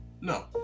No